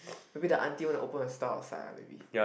maybe the auntie want to open a store outside maybe